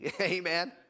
Amen